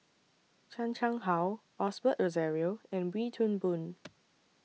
Chan Chang How Osbert Rozario and Wee Toon Boon